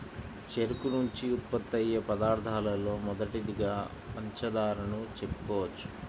చెరుకు నుంచి ఉత్పత్తయ్యే పదార్థాలలో మొదటిదిగా పంచదారను చెప్పుకోవచ్చు